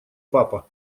папа